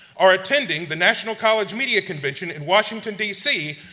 are attending the national college media convention in washington, d c,